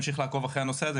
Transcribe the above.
אמשיך לעקוב אחרי הנושא הזה,